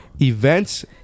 events